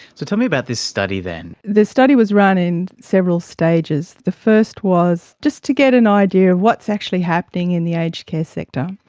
so tell me about this study then. the study was run in several stages. the first was just to get an idea of what is actually happening in the aged care sector.